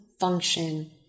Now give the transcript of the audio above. function